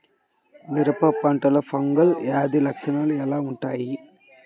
మిరప పంటలో ఫంగల్ వ్యాధి లక్షణాలు ఎలా వుంటాయి?